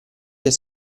per